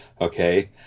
Okay